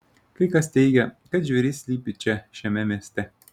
kai kas teigia kad žvėris slypi čia šiame mieste